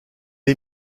est